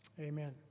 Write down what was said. Amen